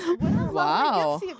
Wow